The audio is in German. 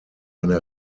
eine